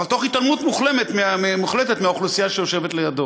אבל תוך התעלמות מוחלטת מהאוכלוסייה שיושבת לידו.